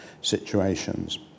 situations